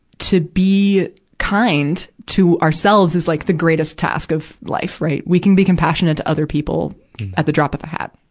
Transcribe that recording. to be kind to ourselves is, like, the greatest task of life, right? we can be compassionate to other people at the drop of a hat.